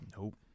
Nope